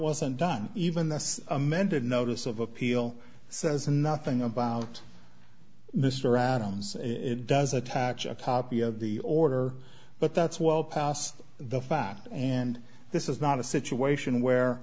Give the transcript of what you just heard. wasn't done even this amended notice of appeal says nothing about mr adams it does attach a copy of the order but that's well past the fact and this is not a situation where